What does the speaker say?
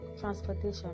transportation